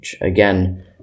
Again